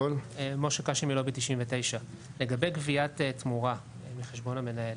משה קאשי ללובי 99. לגבי גביית תמורה לחשבון המנהל.